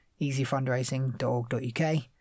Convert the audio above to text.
easyfundraising.org.uk